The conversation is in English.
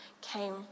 came